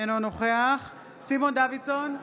אינו נוכח סימון דוידסון,